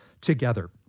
together